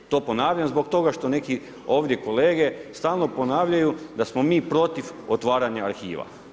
To ponavljam zbog toga što neki ovdje kolege stalno ponavljaju da smo mi protiv otvaranja arhiva.